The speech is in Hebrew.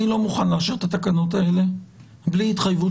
אני לא מוכן לאשר את התקנות האלה בלי התחייבות